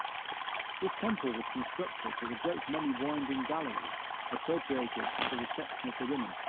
this temple was constructed with a great many winding galleries appropriated to the reception of the women,